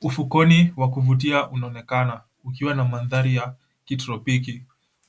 Ufukweni wa kuvutia unaonekana ukiwa na mandhari ya kitropiki.